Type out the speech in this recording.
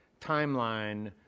timeline